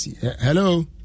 Hello